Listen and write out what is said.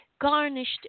garnished